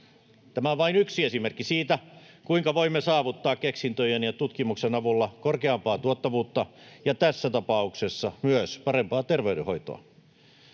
Tämä on vain yksi esimerkki siitä, kuinka voimme saavuttaa keksintöjen ja tutkimuksen avulla korkeampaa tuottavuutta ja tässä tapauksessa myös parempaa terveydenhoitoa.